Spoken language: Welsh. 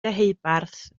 deheubarth